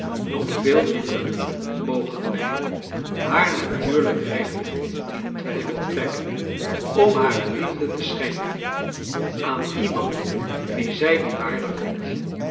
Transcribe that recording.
nog veel minder mogen wij haar natuurlijk recht in twijfel trekken om hare liefde te schenken aari iemand wien zij die waardig vindt